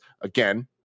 Again